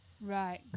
Right